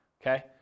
okay